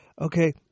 Okay